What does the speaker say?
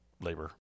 labor